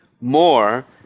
more